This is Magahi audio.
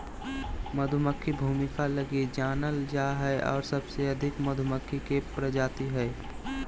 मधुमक्खी भूमिका लगी जानल जा हइ और सबसे प्रसिद्ध मधुमक्खी के प्रजाति हइ